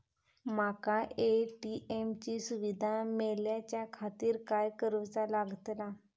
माका ए.टी.एम ची सुविधा मेलाच्याखातिर काय करूचा लागतला?